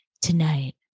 tonight